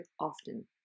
often